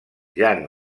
jan